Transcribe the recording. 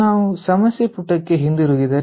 ನಾವು ಸಮಸ್ಯೆ ಪುಟಕ್ಕೆ ಹಿಂತಿರುಗಿದರೆ